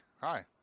hi